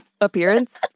appearance